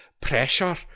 pressure